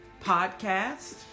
podcast